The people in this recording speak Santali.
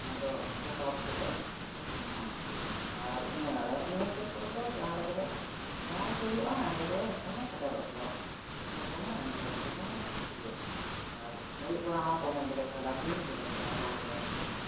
ᱟᱫᱚ ᱡᱚᱛᱚ ᱦᱚᱲ ᱛᱮᱜᱮ ᱞᱮ ᱥᱮᱱᱚᱜᱼᱟ ᱟᱨ ᱧᱮᱞᱟᱞᱮ ᱱᱤᱭᱟᱹ ᱥᱩᱨ ᱠᱚᱨᱮ ᱫᱚ ᱡᱟᱦᱟᱸ ᱨᱮᱜᱮ ᱡᱟᱦᱟᱸ ᱨᱮᱜᱮ ᱦᱩᱭᱩᱜᱼᱟ ᱚᱸᱰᱮ ᱜᱮ ᱮᱠᱫᱚᱢ ᱞᱮ ᱥᱮᱴᱮᱨᱚᱜ ᱜᱮᱭᱟ ᱢᱟᱱᱮ ᱫᱚᱢᱮ ᱤᱱᱴᱟᱨᱮᱥᱴ ᱫᱚᱢᱮ ᱠᱩᱥᱤ ᱟᱨ ᱟᱹᱭᱩᱵᱽ ᱵᱮᱲᱟ ᱦᱚᱸ ᱫᱚᱢᱮ ᱜᱮᱞᱮ ᱠᱷᱮᱞᱟ ᱫᱤᱱ ᱜᱮᱞᱮ ᱠᱷᱮᱹᱞᱟ ᱵᱚᱞ ᱜᱮ